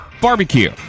Barbecue